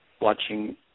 watching